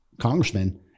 congressman